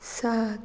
सात